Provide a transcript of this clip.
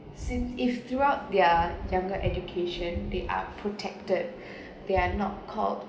since if throughout their younger education they are protected they are not called